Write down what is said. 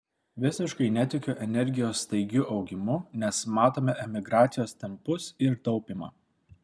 visiškai netikiu energijos staigiu augimu nes matome emigracijos tempus ir taupymą